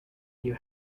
you